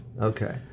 okay